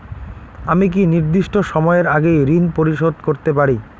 আমি কি নির্দিষ্ট সময়ের আগেই ঋন পরিশোধ করতে পারি?